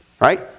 Right